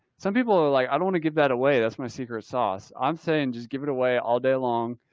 some people are like, i don't want to give that away. that's my secret sauce. i'm saying just give it away all day long.